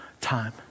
time